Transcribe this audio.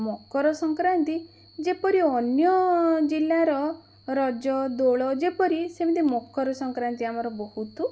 ମକର ସଂକ୍ରାନ୍ତି ଯେପରି ଅନ୍ୟ ଜିଲ୍ଲାର ରଜ ଦୋଳ ଯେପରି ସେମିତି ମକର ସଂକ୍ରାନ୍ତି ଆମର ବହୁତ